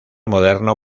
moderno